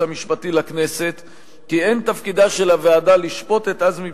המשפטי לכנסת כי אין תפקידה של הוועדה לשפוט את עזמי